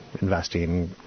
investing